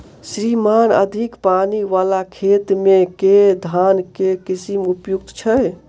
श्रीमान अधिक पानि वला खेत मे केँ धान केँ किसिम उपयुक्त छैय?